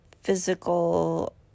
physical